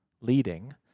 leading